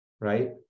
right